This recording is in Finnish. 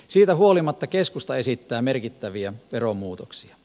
siitä huolimatta keskusta esittää merkittäviä veromuutoksia